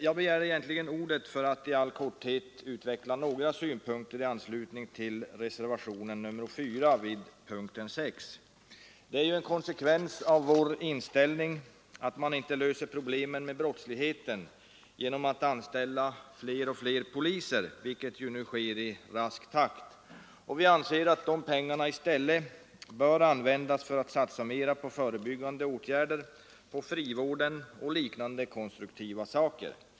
Jag begärde egentligen ordet för att utveckla några synpunkter i anslutning till reservationen 4 vid punkten 6. Den reservationen är en konsekvens av vår inställning att man inte löser problemen med brottsligheten genom att anställa fler och fler poliser, vilket nu sker i rask takt. Vi anser att dessa pengar i stället bör användas för att satsa mer på förebyggande åtgärder, på frivården och liknande konstruktiva saker.